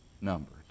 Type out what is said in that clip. numbered